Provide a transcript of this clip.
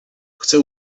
chcę